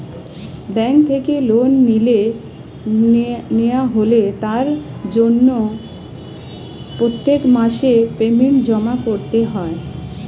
bank থেকে loan নেওয়া হলে তার জন্য প্রত্যেক মাসে পেমেন্ট জমা করতে হয়